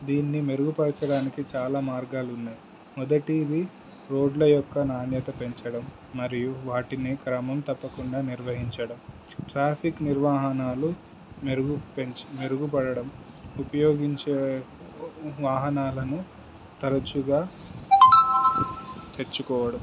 దీన్ని మెరుగుపరచడానికి చాలా మార్గాలు ఉన్నాయి మొదటిది రోడ్ల యొక్క నాణ్యత పెంచడం మరియు వాటిని క్రమం తప్పకుండా నిర్వహించడం ట్రాఫిక్ నిర్వాహణాలు మెరుగు పెంచ మెరుగుపడడం ఉపయోగించే వాహనాలను తరచుగా తెచ్చుకోవడం